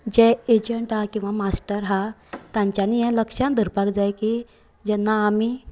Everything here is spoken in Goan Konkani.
हे जे एजंट हा किंवां मास्टर हा तांच्यानी हे लक्षांत धरपाक जाय की जेन्ना आमी